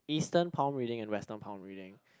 Eastern palm reading and Western palm reading